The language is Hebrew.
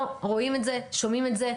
לא, רואים את זה ושומעים על זה.